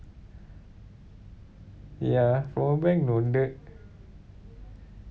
ya from a bank no the